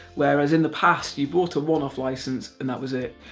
whereas in the past you bought a one-off licence and that was it.